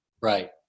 Right